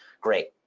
great